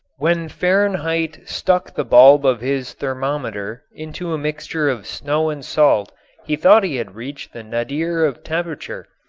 when fahrenheit stuck the bulb of his thermometer into a mixture of snow and salt he thought he had reached the nadir of temperature,